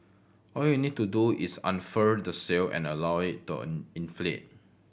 all you need to do is unfurl the sail and allow down inflate